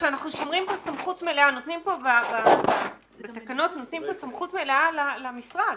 אנחנו נותנים פה בתקנות סמכות מלאה למשרד.